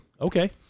Okay